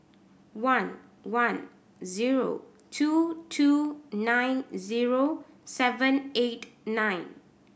one one zero two two nine zero seven eight nine